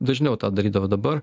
dažniau tą darydavo dabar